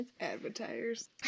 Advertisers